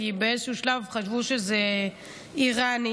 כי באיזשהו שלב חשבו שזה איראני,